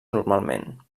normalment